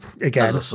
again